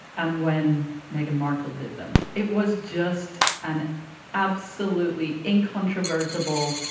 um when meghan markle did them, it was just an absolutely incontrovertible.